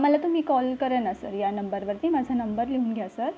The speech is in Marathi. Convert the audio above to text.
मला तुम्ही कॉल करा ना सर या नंबरवरती माझा नंबर लिहून घ्या सर